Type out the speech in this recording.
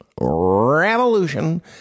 Revolution